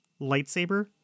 lightsaber